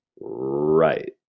right